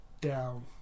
down